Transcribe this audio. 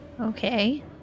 Okay